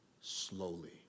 slowly